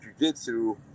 jujitsu